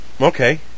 Okay